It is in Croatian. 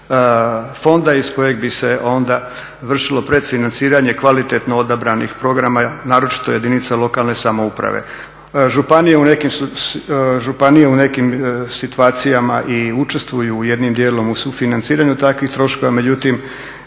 fonda iz kojeg bi se onda vršilo predfinanciranje kvalitetno odabranih programa, naročito jedinica lokalne samouprave. Županije u nekim situacijama i sudjeluju jednim dijelom u sufinanciranju takvih troškova, međutim